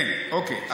אוקיי.